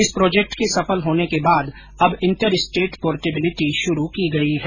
इस प्रोजेक्ट के सफल होने के बाद अब इंटर स्टेट पोर्टेबिलिटी शुरू की गई है